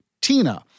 Tina